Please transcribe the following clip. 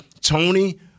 Tony